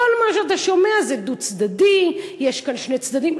כל מה שאתה שומע: זה דו-צדדי, יש כאן שני צדדים.